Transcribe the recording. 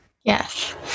Yes